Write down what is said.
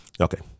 okay